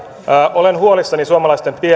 olen huolissani suomalaisten